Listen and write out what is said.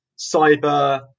cyber